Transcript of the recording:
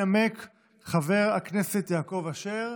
ינמק חבר הכנסת יעקב אשר.